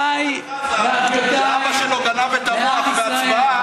אמר זה שאבא שלו גנב את המוח בהצבעה,